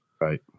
Right